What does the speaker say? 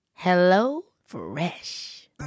HelloFresh